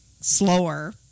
slower